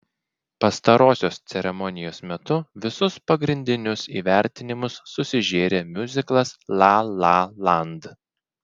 pastarosios ceremonijos metu visus pagrindinius įvertinimus susižėrė miuziklas la la land